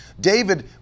David